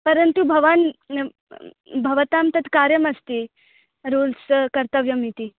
परन्तु भवान् भवतां तत् कार्यमस्ति रूल्स् कर्तव्यम् इति